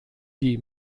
die